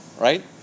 right